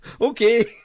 Okay